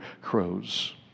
crows